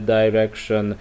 direction